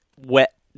wet